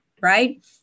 right